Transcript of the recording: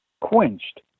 quenched